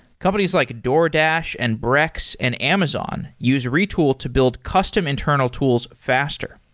companies like a doordash, and brex, and amazon use retool to build custom internal tools faster.